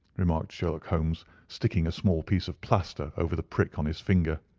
remarked sherlock holmes, sticking a small piece of plaster over the prick on his finger.